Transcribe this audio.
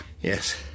Yes